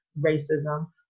racism